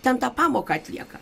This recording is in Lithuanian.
ten tą pamoką atlieka